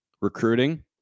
recruiting